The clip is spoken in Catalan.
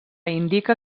indica